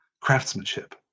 craftsmanship